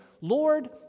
Lord